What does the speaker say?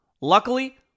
luckily